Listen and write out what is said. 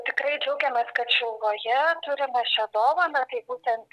tikrai džiaugiamės kad šiluvoje turime šią dovaną būtent